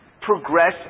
progress